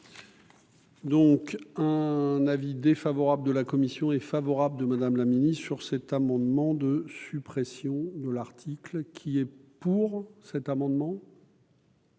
Donc un avis défavorable de la commission est favorable de Madame la mini-sur cet amendement de suppression de l'article qui est pour cet amendement.